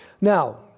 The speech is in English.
Now